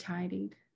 tidied